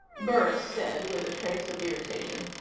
burris said with a trace of irritation.